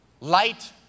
Light